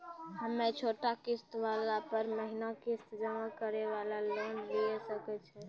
हम्मय छोटा किस्त वाला पर महीना किस्त जमा करे वाला लोन लिये सकय छियै?